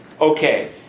okay